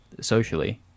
socially